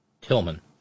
Tillman